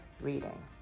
reading